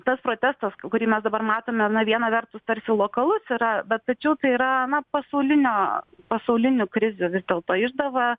tas protestas kurį mes dabar matome na viena vertus tarsi lokalus yra bet tačiau tai yra na pasaulinio pasaulinių krizių vis dėlto išdava